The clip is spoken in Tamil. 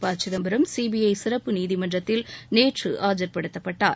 ப சிதம்பரம் சிபிஐ சிறப்பு நீதிமன்றத்தில் நேற்று ஆஜர்படுத்தப்பட்டார்